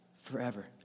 forever